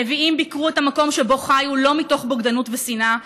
הנביאים ביקרו את המקום שבו חיו לא מתוך בוגדנות ושנאה,